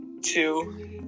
two